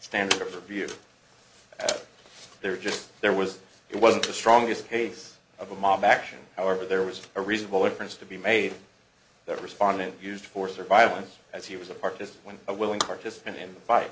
standard of you there are just there was it wasn't the strongest case of a mob action however there was a reasonable inference to be made that respondent used force or violence as he was a part is when a willing participant